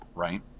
right